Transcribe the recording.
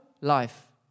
life